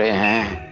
hey,